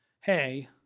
hey